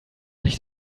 nicht